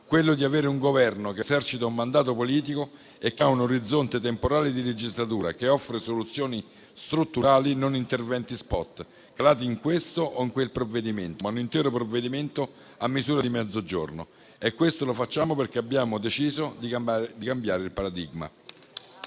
quello di avere un Governo che esercita un mandato politico e che ha un orizzonte temporale di legislatura che offre soluzioni strutturali, non interventi *spot* calati in questo o in quel provvedimento, ma un intero provvedimento a misura di Mezzogiorno. Questo lo facciamo perché abbiamo deciso di cambiare il paradigma.